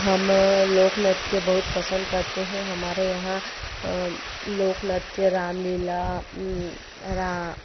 हम लोक नृत्य बहुत पसंद करते हैं हमारे यहाँ लोक नृत्य राम लीला रा